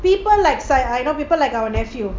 people like say I know people like our nephew